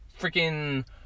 freaking